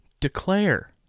declare